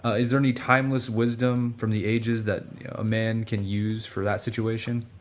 ah is there any timeless wisdom from the ages that a man can use for that situation?